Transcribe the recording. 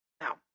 Now